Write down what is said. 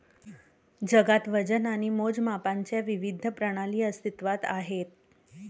जगात वजन आणि मोजमापांच्या विविध प्रणाली अस्तित्त्वात आहेत